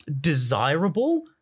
desirable